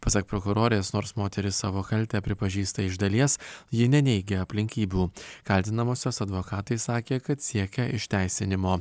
pasak prokurorės nors moteris savo kaltę pripažįsta iš dalies ji neneigia aplinkybių kaltinamosios advokatai sakė kad siekia išteisinimo